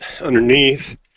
underneath